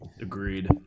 agreed